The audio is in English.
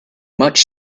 much